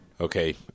Okay